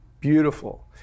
beautiful